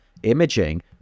Imaging